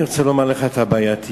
אני רוצה לומר לך את הבעייתיות.